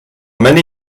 many